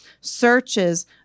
searches